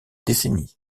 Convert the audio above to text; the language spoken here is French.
décennies